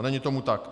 Není tomu tak.